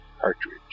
cartridge